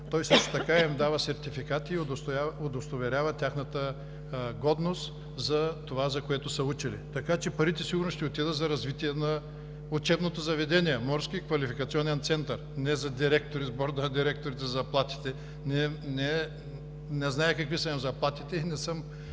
също така им дава сертификати и удостоверява тяхната годност за това, за което са учили. Така че парите сигурно ще отидат за развитие на учебното заведение – Морски квалификационен център, не за заплатите на борда на директорите. Не зная какви са им заплатите и не съм